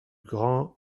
grand